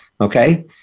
Okay